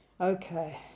Okay